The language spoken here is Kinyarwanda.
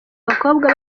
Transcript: abakobwa